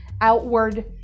outward